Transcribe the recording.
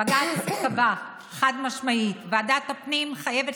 בג"ץ קבע חד-משמעית: ועדת הפנים חייבת